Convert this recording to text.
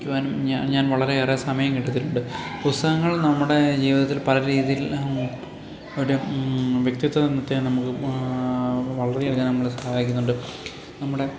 വായിക്കുവാനും ഞാൻ ഞാൻ വളരെയേറെ സമയം കണ്ടെത്തിയിട്ടുണ്ട് പുസ്തകങ്ങൾ നമ്മുടെ ജീവിതത്തിൽ പല രീതിയിൽ ഒട് വ്യക്തിത്വത്തെ നമുക്ക് വളരെയധികം നമ്മളെ സഹായിക്കുന്നുണ്ട് നമ്മുടെ